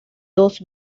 dos